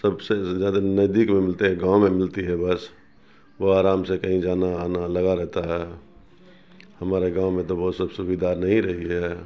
سب سے زیادہ نزدیک میں ملتے ہیں گاؤں میں ملتی ہے بس وہ آرام سے کہیں جانا آنا لگا رہتا ہے ہمارے گاؤں میں تو وہ سب سویدھا نہیں رہی ہے